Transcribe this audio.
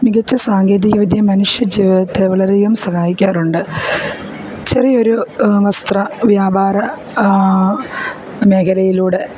മികച്ച സാങ്കേതികവിദ്യ മനുഷ്യജീവിതത്തെ വളരെയധികം സഹായിക്കാറുണ്ട് ചെറിയൊരു വസ്ത്ര വ്യാപാര മേഖലയിലൂടെ